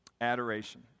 Adoration